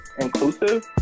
inclusive